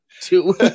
Two